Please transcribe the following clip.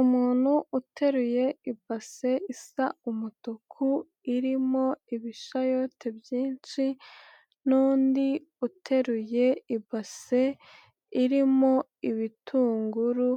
Umuntu uteruye ibase isa umutuku irimo ibishayote byinshi n'undi uteruye ibase irimo ibitunguru